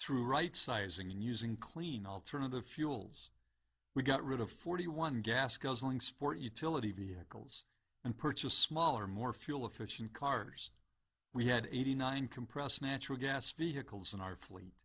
through rightsizing and using clean alternative fuels we got rid of forty one gas guzzling sport utility vehicles and purchased smaller more fuel efficient cars we had eighty nine compressed natural gas vehicles in our fleet